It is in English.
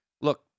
Look